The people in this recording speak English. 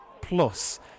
Plus